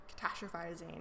catastrophizing